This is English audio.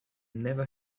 never